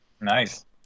nice